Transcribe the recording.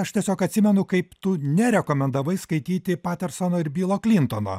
aš tiesiog atsimenu kaip tu nerekomendavai skaityti patersono ir bilo klintono